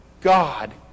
God